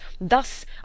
Thus